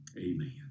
amen